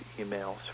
emails